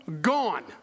gone